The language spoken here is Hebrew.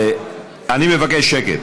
אני מבקש שקט.